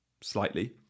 slightly